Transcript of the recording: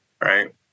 Right